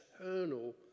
eternal